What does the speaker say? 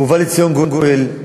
ובא לציון גואל.